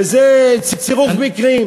וזה צירוף מקרים.